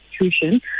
institution